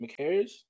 McHarris